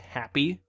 happy